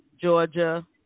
Georgia